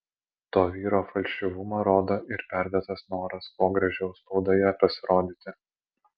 to vyro falšyvumą rodo ir perdėtas noras kuo gražiau spaudoje pasirodyti